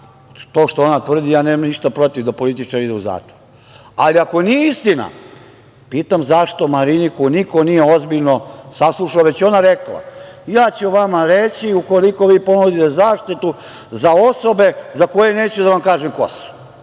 to što ona tvrdi, ja nemam ništa protiv da političar ide u zatvor. Ali, ako nije istina, pitam - zašto Mariniku niko nije ozbiljno saslušao, već je ona rekla – ja ću vama reći ukoliko vi ponudite zaštitu za osobe za koje neću da vam kažem ko